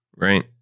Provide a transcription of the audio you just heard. right